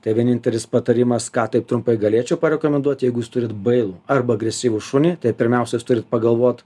tai vienintelis patarimas ką taip trumpai galėčiau parekomenduot jeigu jūs turit bailų arba agresyvų šunį tai pirmiausia jūs turit pagalvot